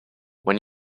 when